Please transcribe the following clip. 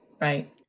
Right